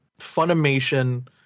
Funimation